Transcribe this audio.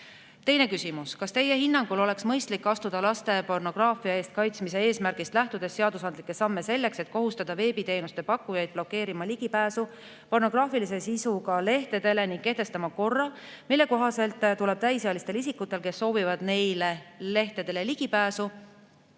Teine küsimus: "Kas Teie hinnangul oleks mõistlik astuda laste pornograafia eest kaitsmise eesmärgist lähtudes seadusandlikke samme selleks, et kohustada veebiteenuste pakkujaid blokeerima ligipääsu pornograafilise sisuga lehtedele ning kehtestama korra, mille kohaselt tuleb täisealistel isikutel, kes soovivad neile lehtedele ligipääsu,